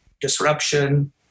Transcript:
disruption